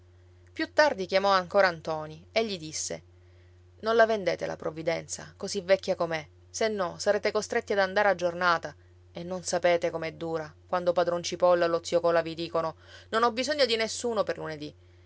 più tardi chiamò ancora ntoni e gli disse non la vendete la provvidenza così vecchia come è se no sarete costretti ad andare a giornata e non sapete com'è dura quando padron cipolla o lo zio cola vi dicono non ho bisogno di nessuno per lunedì